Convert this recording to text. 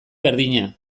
berdina